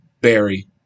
Barry